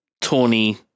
Tawny